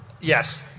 Yes